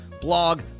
blog